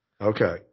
Okay